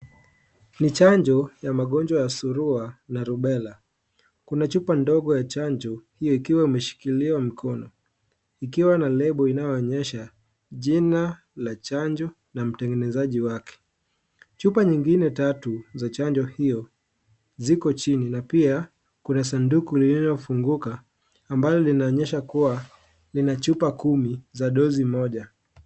Ni chanjo ya magonjwa ya surua na rubella, kuna chupa ndogo ya chanjo hiyo ikiwa imeshikiliwa mkononi, ikiwa na lebo inayoonyesha jina la chanjo na mtengenezaji wake. Chupa nyingine tatu za chanjo hiyo ziko chini na pia kuna sanduku lililofunguka ambalo linaonyesha kuwa lina chupa 10 za dozi moja.